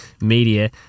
media